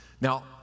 Now